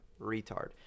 retard